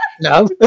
No